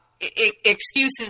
excuses